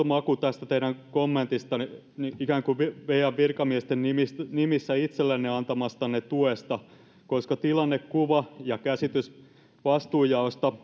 maku tästä teidän kommentistanne ikään kuin vmn virkamiesten nimissä nimissä itsellenne antamastanne tuesta koska tilannekuva ja käsitys vastuunjaosta